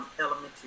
elementary